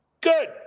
good